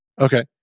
okay